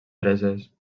preses